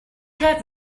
have